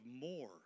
more